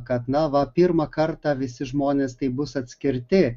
kad na va pirmą kartą visi žmonės taip bus atskirti